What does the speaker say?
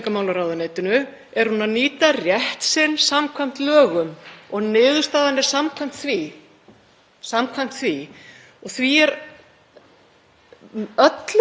öllu alvarlegra að ráðherrann beiti öllum þunga ríkisins. Ríkið sjálft fer í einstaklinginn.